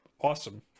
Awesome